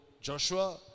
Joshua